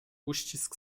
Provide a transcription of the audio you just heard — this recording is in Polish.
uścisk